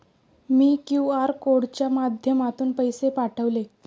मी QR कोडच्या माध्यमातून पैसे पाठवले